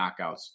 knockouts